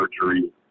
surgery